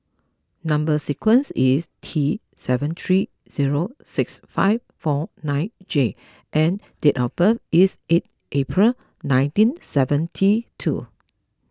Number Sequence is T seven three zero six five four nine J and date of birth is eight April nineteen seventy two